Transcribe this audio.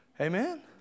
Amen